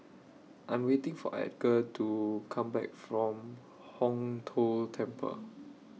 I Am waiting For Edgar to Come Back from Hong Tho Temple